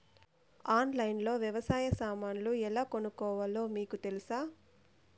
ఆన్లైన్లో లో వ్యవసాయ సామాన్లు ఎలా కొనుక్కోవాలో మీకు తెలుసా?